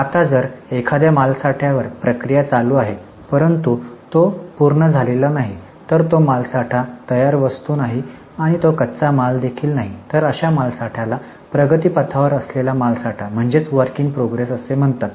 आता जर एखाद्या मालसाठ्यावर प्रक्रिया चालू आहे परंतु ती पूर्ण झालेली नाही तर तो माल साठा तयार वस्तू नाही आणि तो कच्चा माल देखील नाही तर अशा मालसाठ्याला प्रगतीपथावर असलेल्या मालसाठा असे म्हणतात